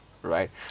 Right